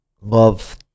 love